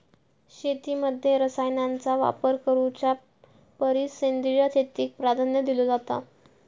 शेतीमध्ये रसायनांचा वापर करुच्या परिस सेंद्रिय शेतीक प्राधान्य दिलो जाता